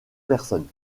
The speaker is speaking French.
personnes